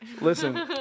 Listen